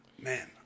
man